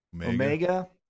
omega